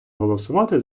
голосувати